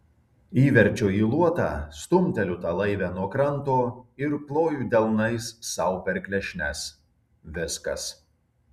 įverčiu į luotą stumteliu tą laivę nuo kranto ir ploju delnais sau per klešnes viskas